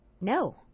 No